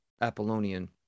Apollonian